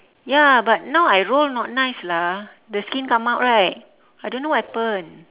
ya but now I roll not nice lah the skin come out right I don't know what happened